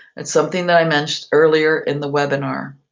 that's something that i mentioned earlier in the webinar.